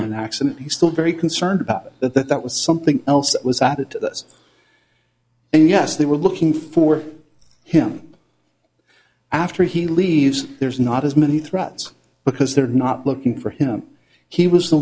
an accident he's still very concerned about that that that was something else that was added to this and yes they were looking for him after he leaves there's not as many threats because they're not looking for him he was the